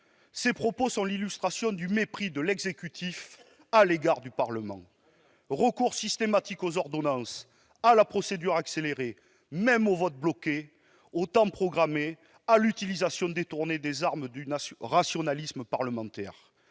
Ces propos sont l'illustration du mépris de l'exécutif à l'égard du Parlement. Recours systématique aux ordonnances, à la procédure accélérée, au vote bloqué, au temps programmé, à l'utilisation détournée des armes du parlementarisme